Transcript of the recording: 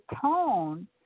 tone